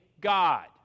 God